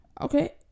Okay